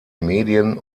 medien